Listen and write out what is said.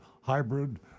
hybrid